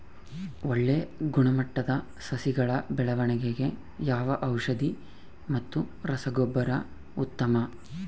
ಒಳ್ಳೆ ಗುಣಮಟ್ಟದ ಸಸಿಗಳ ಬೆಳವಣೆಗೆಗೆ ಯಾವ ಔಷಧಿ ಮತ್ತು ರಸಗೊಬ್ಬರ ಉತ್ತಮ?